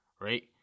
right